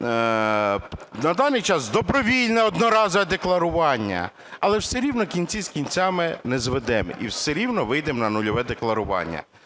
на даний час – добровільне одноразове декларування, - але все рівно кінці з кінцями не зведемо і все рівно вийдемо на нульове декларування.